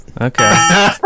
Okay